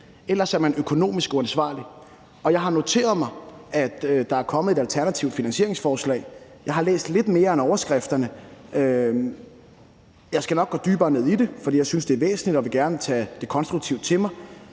ellers er man økonomisk uansvarlig. Jeg har noteret mig, at der er kommet et alternativt finansieringsforslag. Jeg har læst lidt mere end overskrifterne, og jeg skal nok gå dybere ned i det, for jeg synes, det er væsentligt, og vil gerne tage det konstruktivt til mig,